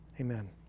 Amen